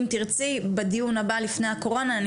אם תרצי בדיון הבא לפני הקורונה אני